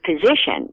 position